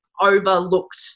overlooked